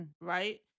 Right